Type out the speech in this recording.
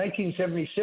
1976